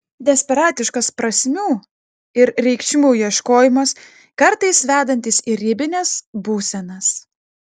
desperatiškas prasmių ir reikšmių ieškojimas kartais vedantis į ribines būsenas